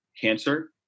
cancer